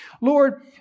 Lord